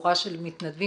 חבורה של מתנדבים,